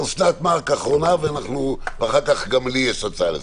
אסנת מארק ואחר כך גם לי יש הצעה לסדר.